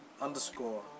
underscore